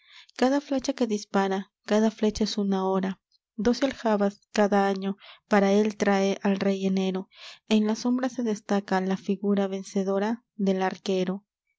cada flecha que dispara cada flecha es una hora doce aljabas cada año para él trae el rey enero en la sombra se destaca la figura vencedora del arquero